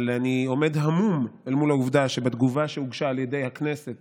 אבל אני עומד המום אל מול העובדה שבתגובה שהוגשה על ידי הכנסת